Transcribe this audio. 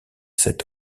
cet